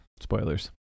Spoilers